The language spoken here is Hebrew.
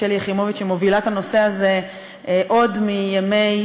שלי יחימוביץ שמובילה את הנושא הזה עוד מימי